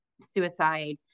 suicide